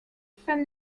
from